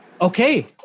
okay